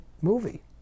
movie